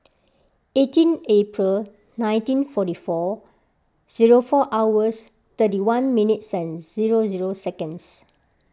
eighteen April nineteen forty four zero four hours thirty one minutes and zero zero seconds